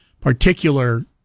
particular